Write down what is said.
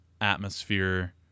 atmosphere